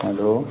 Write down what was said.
hello